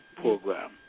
program